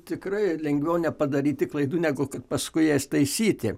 tikrai lengviau nepadaryti klaidų negu kad paskui jas taisyti